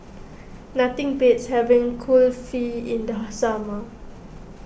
nothing beats having Kulfi in the summer